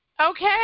Okay